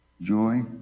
joy